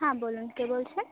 হ্যাঁ বলুন কে বলছেন